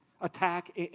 attack